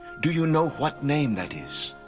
do you know what name that is?